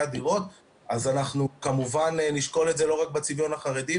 הדירות אז אנחנו כמובן נשקול את זה לא רק בצביון החרדי,